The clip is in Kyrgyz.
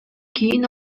кийин